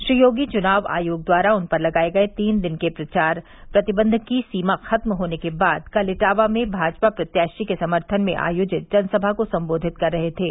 श्री योगी चुनाव आयोग द्वारा उन पर लगाये गये तीन दिन के प्रचार प्रतिबंध की सीमा खत्म होने के बाद कल इटावा में भाजपा प्रत्याशी के समर्थन में आयोजित जनसभा को संबोधित कर रहे थे